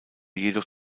jedoch